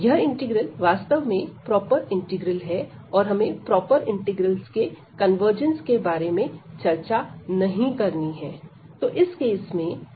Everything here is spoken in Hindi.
यह इंटीग्रल वास्तव में प्रॉपर इंटीग्रल है और हमें प्रॉपर इंटीग्रल्स के कन्वर्जेंस के बारे में चर्चा नहीं करनी है